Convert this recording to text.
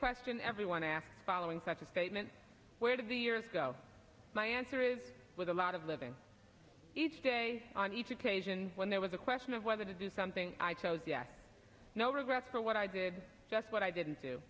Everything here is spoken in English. question everyone asks following such a statement where did the years go by answering with a lot of living each day on each occasion when there was a question of whether to do something i chose yet no regret for what i did just what i didn't do